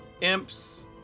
imps